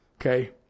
Okay